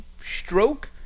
stroke